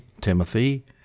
Timothy